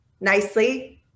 nicely